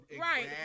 Right